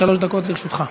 שלוש דקות לרשותך.